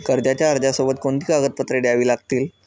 कर्जाच्या अर्जासोबत कोणती कागदपत्रे द्यावी लागतील?